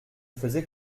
faisait